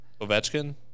Ovechkin